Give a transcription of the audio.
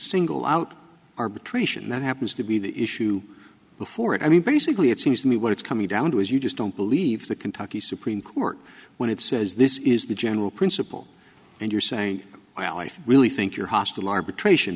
single out arbitration that happens to be the issue before it i mean basically it seems to me what it's coming down to is you just don't believe the kentucky supreme court when it says this is the general principle and you're saying well i really think you're hostile arbitration